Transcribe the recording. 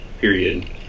period